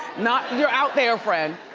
not your out there friend.